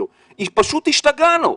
פשוט השתגענו.